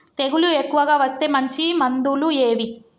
తెగులు ఎక్కువగా వస్తే మంచి మందులు ఏవి?